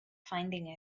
finding